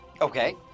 Okay